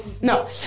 no